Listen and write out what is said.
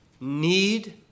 need